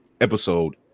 episode